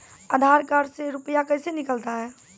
आधार कार्ड से रुपये कैसे निकलता हैं?